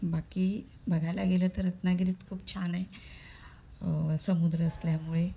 बाकी बघायला गेलं तर रत्नागिरीत खूप छान आहे समुद्र असल्यामुळे